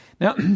Now